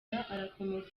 arakomeza